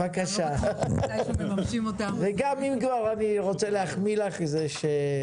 ואם כבר, אני רוצה להחמיא לך על כך שאת